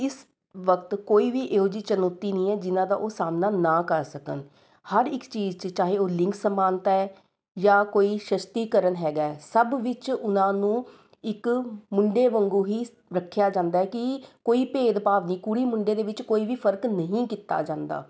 ਇਸ ਵਕਤ ਕੋਈ ਵੀ ਇਹੋ ਜਿਹੀ ਚੁਣੌਤੀ ਨਹੀਂ ਹੈ ਜਿਨ੍ਹਾਂ ਦਾ ਉਹ ਸਾਹਮਣਾ ਨਾ ਕਰ ਸਕਣ ਹਰ ਇੱਕ ਚੀਜ਼ 'ਚ ਚਾਹੇ ਉਹ ਲਿੰਗ ਸਮਾਨਤਾ ਹੈ ਜਾਂ ਕੋਈ ਸਸ਼ਕਤੀਕਰਨ ਹੈਗਾ ਹੈ ਸਭ ਵਿੱਚ ਉਹਨਾਂ ਨੂੰ ਇੱਕ ਮੁੰਡੇ ਵਾਂਗੂੰ ਹੀ ਰੱਖਿਆ ਜਾਂਦਾ ਹੈ ਕਿ ਕੋਈ ਭੇਦਭਾਵ ਨਹੀਂ ਕੁੜੀ ਮੁੰਡੇ ਦੇ ਵਿੱਚ ਕੋਈ ਵੀ ਫਰਕ ਨਹੀਂ ਕੀਤਾ ਜਾਂਦਾ